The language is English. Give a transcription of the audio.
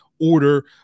order